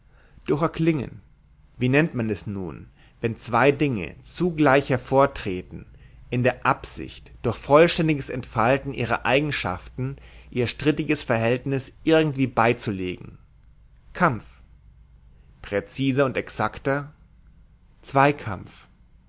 durch erklingen wie nennt man es nun wenn zwei dinge zugleich hervortreten in der absicht durch vollständiges entfalten ihrer eigenschaften ihr strittiges verhältnis irgendwie beizulegen kampf präziser und exakter zweikampf